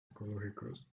ecológicos